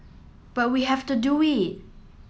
but we have to do it